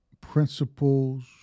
principles